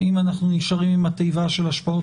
האם אנחנו נשארים עם התיבה של "השפעות